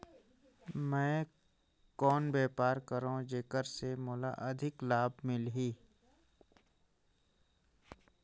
मैं कौन व्यापार करो जेकर से मोला अधिक लाभ मिलही?